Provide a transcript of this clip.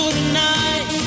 tonight